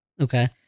Okay